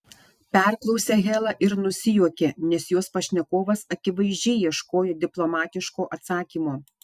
perklausė hela ir nusijuokė nes jos pašnekovas akivaizdžiai ieškojo diplomatiško atsakymo